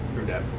true that.